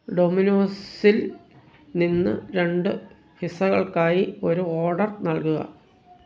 ഡൊമിനോസിൽ നിന്ന് രണ്ട് പിസ്സകൾക്കായി ഒരു ഓർഡർ നൽകുക